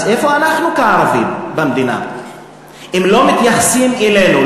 אז איפה אנחנו כערבים במדינה אם לא מתייחסים אלינו,